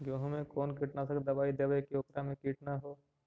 गेहूं में कोन कीटनाशक दबाइ देबै कि ओकरा मे किट न हो?